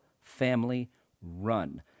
family-run